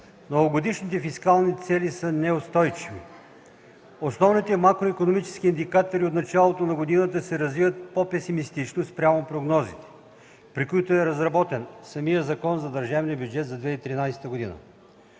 Многогодишните фискални цели са неустойчиви. Основните макроикономически индикатори от началото на годината се развиват по-песимистично спрямо прогнозите, при които е разработен Законът за държавния бюджет за 2013 г.